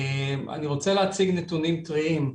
אני רוצה להציג נתונים טריים,